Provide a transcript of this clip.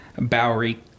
Bowery